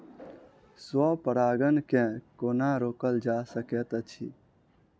स्व परागण केँ कोना रोकल जा सकैत अछि?